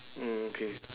mm okay